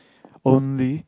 only